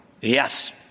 Yes